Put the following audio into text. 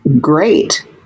great